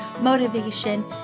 motivation